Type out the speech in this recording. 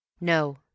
No